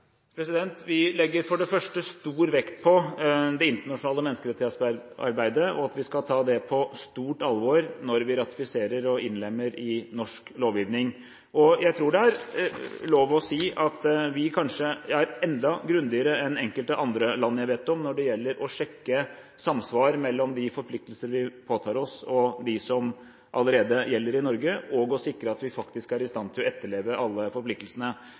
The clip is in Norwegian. Vi legger for det første stor vekt på det internasjonale menneskerettighetsarbeidet, at vi skal ta det på stort alvor når vi ratifiserer og innlemmer i norsk lovgivning. Jeg tror det må være lov å si at vi kanskje er enda grundigere enn enkelte andre land jeg vet om, når det gjelder å sjekke samsvar mellom de forpliktelser vi påtar oss, og de som allerede gjelder i Norge, og å sikre at vi faktisk er i stand til å etterleve alle forpliktelsene.